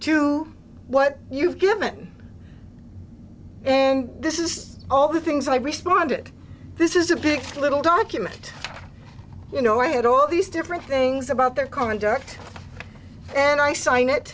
to what you've given and this is all the things that i responded this is a big fat little document you know i had all these different things about their conduct and i sign it